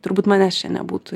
turbūt manęs čia nebūtų